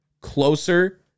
closer